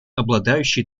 обладающие